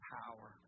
power